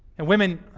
and women,